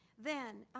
then,